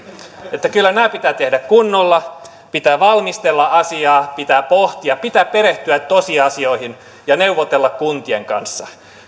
kyllä nämä pitää tehdä kunnolla pitää valmistella asiaa pitää pohtia pitää perehtyä tosiasioihin ja neuvotella kuntien kanssa